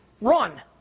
Run